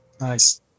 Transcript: Nice